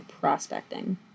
prospecting